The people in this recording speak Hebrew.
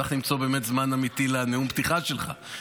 צריך למצוא באמת זמן אמיתי לנאום פתיחה שלך.